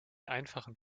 einfachen